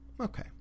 Okay